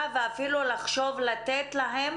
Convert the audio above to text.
בעיקר המקומות שבהם לא מקבלים